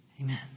Amen